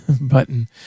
button